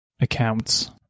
Accounts